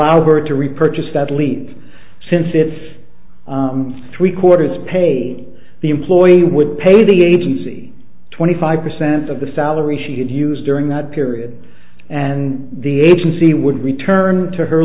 her to repurchase that leads since it's three quarters pay the employee would pay the agency twenty five percent of the salary she had used during that period and the agency would return to her